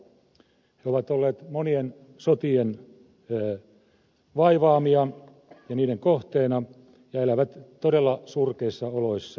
he ovat olleet monien sotien vaivaamia ja niiden kohteena ja elävät todella surkeissa oloissa